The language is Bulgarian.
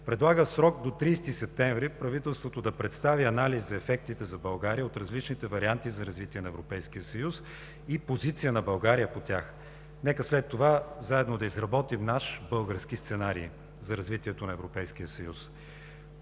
предлага в срок до 30 септември правителството да представи анализ за ефектите за България от различните варианти за развитие на Европейския съюз и позицията на България по тях. Нека след това заедно да изработим наш, български сценарий за развитието на Европейския съюз.